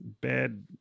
bad